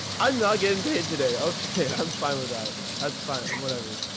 i'm not getting paid today. okay. i'm fine with that. that's fine. whatever,